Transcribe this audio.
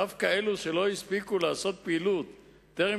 דווקא אלה שלא הספיקו לעשות פעילות טרם